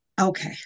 Okay